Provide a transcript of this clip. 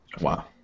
Wow